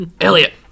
Elliot